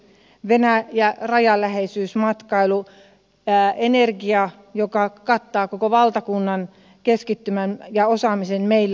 venäjä rajan läheisyys matkailu energia joka kattaa koko valtakunnan keskittymän ja osaamisen meillä